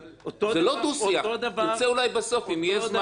אולי בסוף תוכל, אם יהיה זמן.